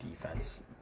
defense